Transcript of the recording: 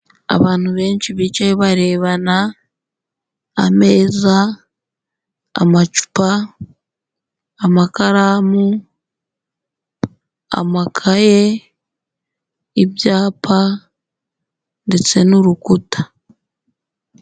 Abantu benshi bicaye barebana, ameza, amacupa, amakaramu, amakaye, ibyapa ndetse n'urukuta.